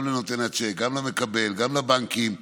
גם לנותן הצ'ק, גם למקבל, גם לבנקים.